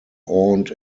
aunt